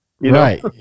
Right